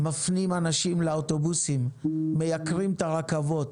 מפנים אנשים לאוטובוסים, מייקרים את הרכבות.